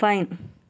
fine